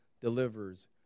delivers